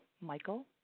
Michael